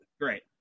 Great